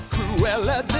Cruella